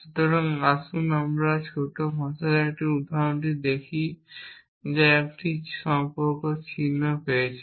সুতরাং আসুন আমরা একটি ছোট ভাষার এই ছোট উদাহরণটি দেখি যা একটি সম্পর্ক চিহ্ন পেয়েছে